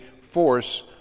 force